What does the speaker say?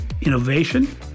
innovation